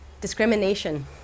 discrimination